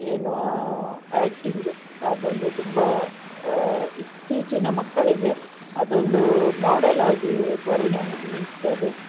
ಏನು ಆ್ಯಕ್ಟಿಂಗ್ ಅದೊಂದು ತುಂಬ ಇತ್ತೀಚಿನ ಮಕ್ಕಳಿಗೆ ಅದೊಂದು ಮೋಡೆಲ್ಲಾಗಿ ಪರಿಣಮಿಸ್ತದೆ